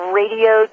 radio